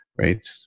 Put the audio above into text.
right